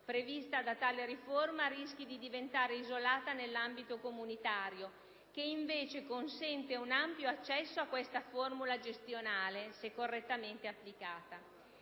prevista da tale riforma rischi di diventare isolata nell'ambito comunitario, che invece consente un ampio accesso a questa formula gestionale, se correttamente applicata.